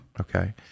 Okay